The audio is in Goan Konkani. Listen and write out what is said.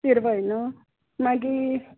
शिरवय न्हय मागीर